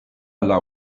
laŭ